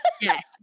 Yes